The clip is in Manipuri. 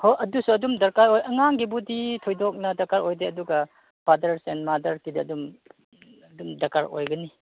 ꯍꯣ ꯑꯗꯨꯁꯨ ꯑꯗꯨꯝ ꯗꯔꯀꯥꯔ ꯑꯣꯏ ꯑꯉꯥꯡꯒꯤꯕꯨꯗꯤ ꯊꯣꯏꯗꯣꯛꯅ ꯗꯔꯀꯥꯔ ꯑꯣꯏꯗꯦ ꯑꯗꯨꯒ ꯐꯥꯗ꯭ꯔꯁ ꯑꯦꯟ ꯃꯥꯗ꯭ꯔꯁꯀꯤꯗꯤ ꯑꯗꯨꯝ ꯑꯗꯨꯝ ꯗꯔꯀꯥꯔ ꯑꯣꯏꯒꯅꯤ